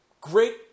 Great